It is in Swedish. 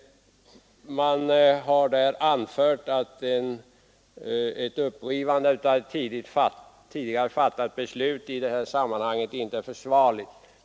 Man har anfört att ett upprivande av ett tidigare fattat beslut inte är försvarligt.